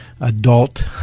adult